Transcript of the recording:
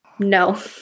No